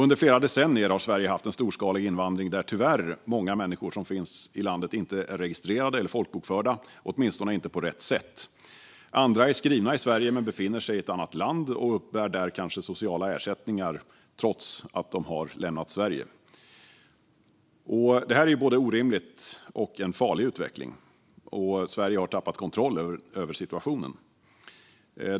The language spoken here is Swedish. Under flera decennier har Sverige haft en storskalig invandring där tyvärr många människor som finns i landet inte är registrerade eller folkbokförda, åtminstone inte på rätt sätt. Andra är skrivna i Sverige men befinner sig i ett annat land och uppbär kanske sociala ersättningar trots att de har lämnat Sverige. Detta är både orimligt och en farlig utveckling. Sverige har tappat kontrollen över situationen.